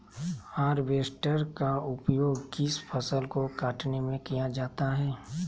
Harvester का उपयोग किस फसल को कटने में किया जाता है?